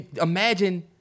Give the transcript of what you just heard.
imagine